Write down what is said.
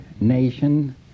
nation